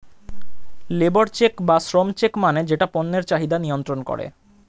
labour check বা শ্রম check মানে যেটা পণ্যের চাহিদা নিয়ন্ত্রন করে